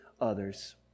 others